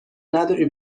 نداری